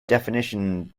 definition